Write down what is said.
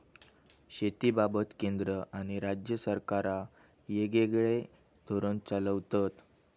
शेतीबाबत केंद्र आणि राज्य सरकारा येगयेगळे धोरण चालवतत